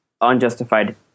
unjustified